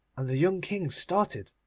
and the young king started,